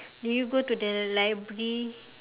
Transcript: do you go to the library